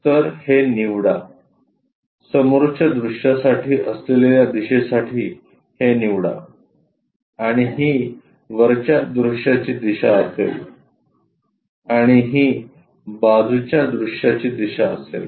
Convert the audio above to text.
तर हे निवडा समोरच्या दृश्यासाठी असलेल्या दिशेसाठी हे निवडा आणि ही वरच्या दृश्याची दिशा असेल आणि ही बाजूच्या दृश्याची दिशा असेल